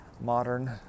modern